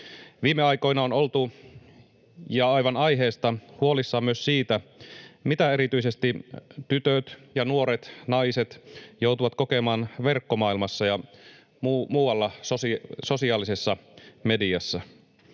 Viime aikoina on oltu — ja aivan aiheesta — huolissaan myös siitä, mitä erityisesti tytöt ja nuoret naiset joutuvat kokemaan verkkomaailmassa ja sosiaalisessa mediassa.